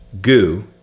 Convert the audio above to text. goo